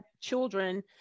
children